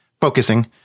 focusing